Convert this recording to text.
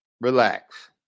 Relax